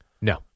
No